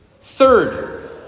Third